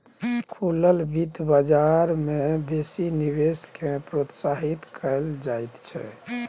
खुलल बित्त बजार मे बेसी निवेश केँ प्रोत्साहित कयल जाइत छै